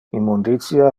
immunditia